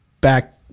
back